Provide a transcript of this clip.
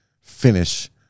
finish